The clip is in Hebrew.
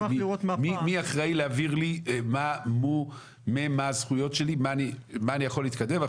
מי אחראי להעביר לי מה הזכויות שלי ואיך אני יכול להתקדם?